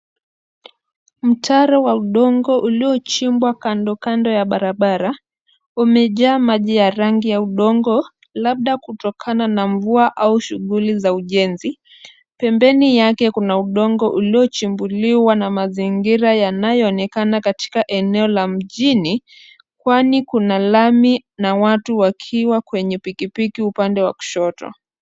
Mtaro wa udongo uliochimbwa kando kando ya barabara, umejaa maji ya rangi ya udongo labda kutokana na mvua au shughuli za ujenzi. Pembenmi yake kuna udongo uliochimbuliwa na mazingira yanayoonekana katika eneo la mjini kwani kuna lami na watu wakiwa kwenye pikipiki upande wa kushoto.